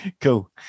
Cool